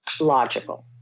logical